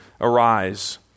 arise